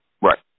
Right